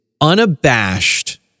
unabashed